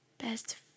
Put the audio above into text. best